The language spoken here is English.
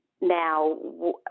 now